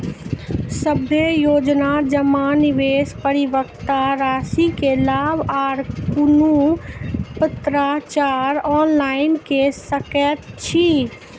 सभे योजना जमा, निवेश, परिपक्वता रासि के लाभ आर कुनू पत्राचार ऑनलाइन के सकैत छी?